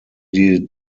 die